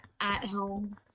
at-home